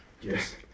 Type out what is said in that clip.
Yes